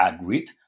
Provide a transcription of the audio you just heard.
agreed